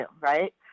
right